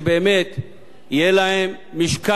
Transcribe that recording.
יהיה להן משקל ציבורי